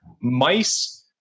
mice